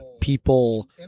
people